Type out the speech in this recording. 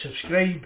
subscribe